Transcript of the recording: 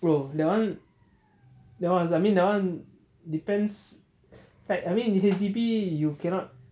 bro that one that one is I mean that one depends like I mean H_D_B you cannot